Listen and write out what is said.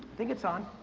think it's on.